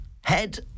head